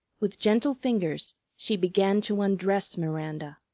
with gentle fingers she began to undress miranda.